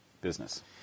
business